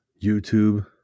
YouTube